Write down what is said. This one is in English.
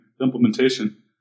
implementation